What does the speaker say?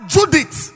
Judith